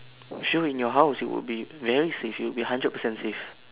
you should be in your house you would be very safe you would be hundred percent safe